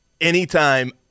anytime